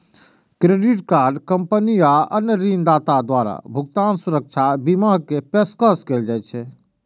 credit card company आ अन्य ऋणदाता द्वारा भुगतान सुरक्षा बीमा के पेशकश कैल जाइ छै